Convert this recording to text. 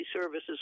services